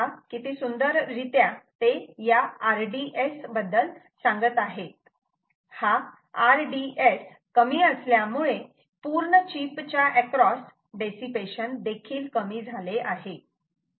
पहा किती सुंदररित्या ते या RDS बद्दल सांगत आहेत हा RDS कमी असल्यामुळे पूर्ण चीप च्या अक्रॉस डेसीपेशन देखील कमी आहे